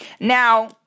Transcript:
Now